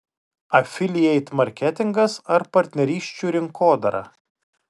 afilieit marketingas ar partnerysčių rinkodara